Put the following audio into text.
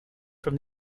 from